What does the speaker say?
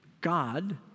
God